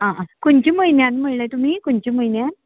आं खंयच्या म्हयन्यांत म्हणलें तुमी खंयच्या म्हयन्यांत